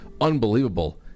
unbelievable